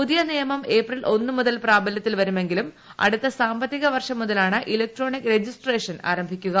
പുതിയ നിയ്ക്ക് ഏപ്രിൽ ഒന്നു മുതൽ പ്രാബലൃത്തിൽ വരുമെ ങ്കിലും അടുത്ത സാമ്പത്തിക വർഷം മുതലാണ് ഇലക്ട്രോണിക് രജിസ്ട്രേ ഷൻ ആരംഭിക്കുക